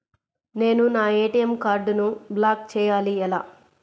నేను నా ఏ.టీ.ఎం కార్డ్ను బ్లాక్ చేయాలి ఎలా?